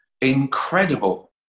incredible